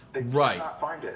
Right